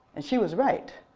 and she was right.